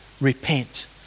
repent